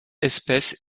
espèces